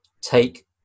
Take